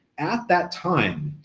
at that time,